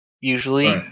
Usually